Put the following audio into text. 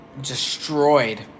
destroyed